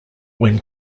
when